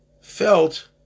felt